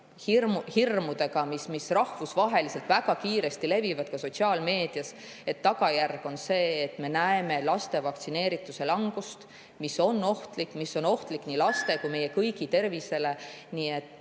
tea, hirmude, mis rahvusvaheliselt väga kiiresti levivad ka sotsiaalmeedias, tagajärg on see, et me näeme laste vaktsineerituse langust, mis on ohtlik, see on ohtlik nii laste kui ka meie kõigi tervisele. Nii et